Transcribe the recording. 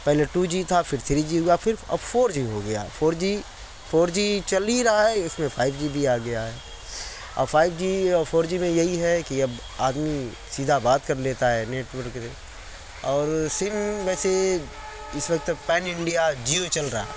پہلے two G تھا پھر تھری جی ہوا پھر اب فور جی ہو گیا فور جی فور جی چل ہی رہا ہے اِس میں فائیو جی بھی آ گیا ہے اب فائیو جی اور فور جی میں یہی ہے کہ اب آدمی سیدھا بات کر لیتا ہے اور سِم میں سے اِس وقت پین انڈیا جیو چل رہا